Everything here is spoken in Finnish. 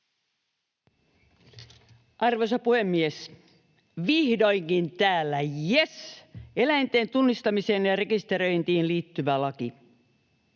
Arvoisa puhemies! Vihdoinkin täällä — jess! — eläinten tunnistamiseen ja rekisteröintiin liittyvä laki.